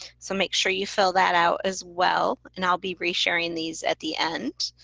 so make sure you fill that out as well. and i'll be re-sharing these at the end.